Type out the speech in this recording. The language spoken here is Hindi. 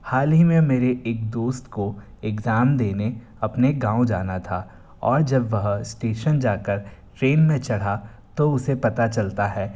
हाल ही में मेरे एक दोस्त को इग्ज़ाम देने अपने गाँव जाना था और जब वह इस्टेशन जाकर ट्रेन में चढ़ा तो उसे पता चलता है